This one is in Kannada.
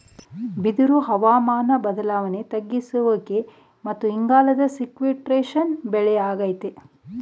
ಬಿದಿರು ಒಂದು ಹವಾಮಾನ ಬದ್ಲಾವಣೆ ತಗ್ಗಿಸುವಿಕೆ ಮತ್ತು ಇಂಗಾಲದ ಸೀಕ್ವೆಸ್ಟ್ರೇಶನ್ ಬೆಳೆ ಆಗೈತೆ